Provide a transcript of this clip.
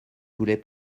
voulez